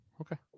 okay